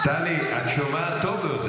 אני מקשיבה לך.